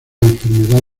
enfermedad